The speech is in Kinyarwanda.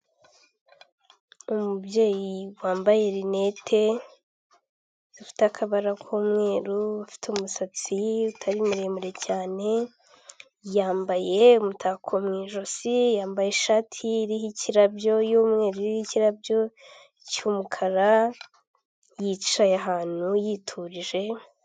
Umubyeyi wambaye rinete zifite akabara k'umweru, ufite umusatsi utari muremure cyane, yambaye umutako mu ijosi, yambaye ishati iriho ikirabyo cy'umweru iriho ikirabyo cy'umukara, yicaye ahantu yiturije.